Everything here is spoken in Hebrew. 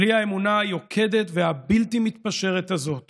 בלי האמונה היוקדת והבלתי-מתפשרת הזאת